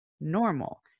normal